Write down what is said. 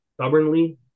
stubbornly